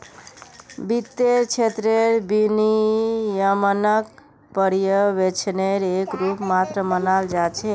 वित्तेर क्षेत्रत विनियमनक पर्यवेक्षनेर एक रूप मात्र मानाल जा छेक